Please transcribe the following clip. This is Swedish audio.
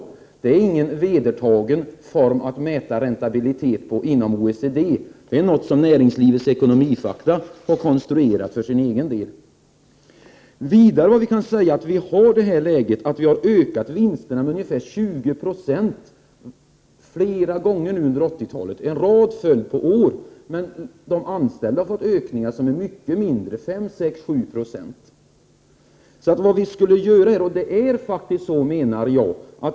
Men det är ingen vedertagen mätmetod när det gäller räntabiliteten inom OECD, utan det är något som Näringslivets Ekonomifakta har konstruerat. Vinsterna har ökat med ungefär 20 90 flera gånger under 80-talet. Dessutom har detta skett under flera år i följd. De anställda däremot har inte fått motsvarande löneökningar. Löneökningarna är i storleksordningen 5, 6 eller 7 70.